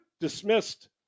dismissed